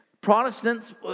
Protestants